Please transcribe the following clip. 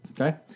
Okay